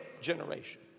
generation